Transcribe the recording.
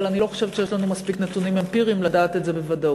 אבל אני לא חושבת שיש לנו מספיק נתונים אמפיריים לדעת את זה בוודאות.